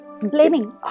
Blaming